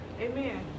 Amen